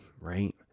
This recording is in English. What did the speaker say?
right